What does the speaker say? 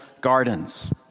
gardens